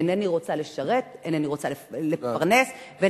אינני רוצה לשרת, אינני רוצה לפרנס, תודה.